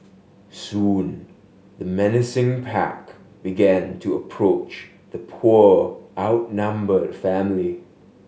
soon the menacing pack began to approach the poor outnumbered family